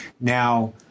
Now